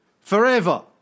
forever